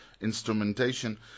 instrumentation